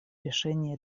решения